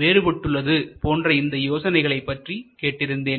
வேறுபட்டுள்ளது போன்ற இந்த யோசனைகளை பற்றி கேட்டிருந்தேன்